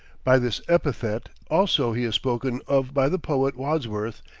by this epithet, also, he is spoken of by the poet wordsworth,